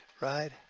right